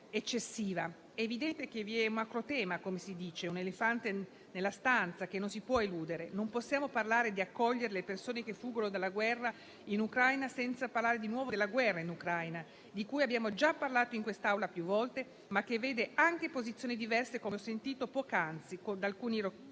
evidente che vi sia un macro tema, il cosiddetto "elefante nella stanza", che non si può eludere: non possiamo parlare di accogliere le persone che fuggono dalla guerra in Ucraina senza parlare di nuovo della guerra in Ucraina. Ne abbiamo già parlato in quest'Aula più volte, ma è un tema che vede anche posizioni diverse, come abbiamo sentito poc'anzi da parte di alcuni